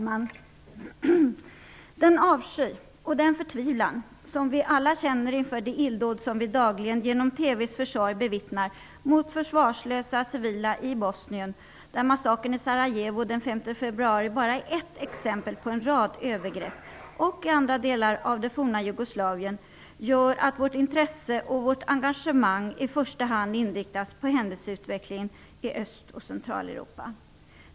Herr talman! Den avsky och den förtvivlan som vi alla känner inför de illdåd som vi dagligen genom TV:s försorg bevittnar mot försvarslösa civila i Bosnien, där massakern i Sarajevo den 5 februari bara är ett exempel på en rad övergrepp, och i andra delar av det forna Jugoslavien gör att vårt intresse och vårt engagemang i första hand inriktas på händelseutvecklingen i Öst och Centraleuropa.